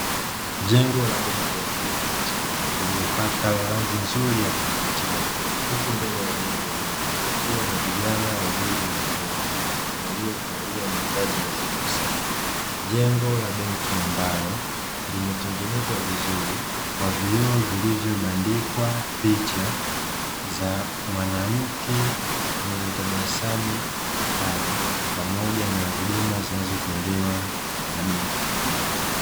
Jengo la benki ya Ekwiti liliopakwa rangi nzuri ya kuvutia, huku mbele ya jengo hilo kukiwa na vijana wawili wa kiume walio valia mavazi nadhifu sana .Jengo la benki ambalo limetengenezwa vizuri kwa vioo vilivyo bandikwa picha za mwanamke mwenye tabasamu pana pamoja na huduma zinazotolewa kwenye benki hiyo.